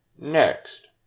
next,